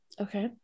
Okay